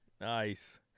Nice